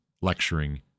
lecturing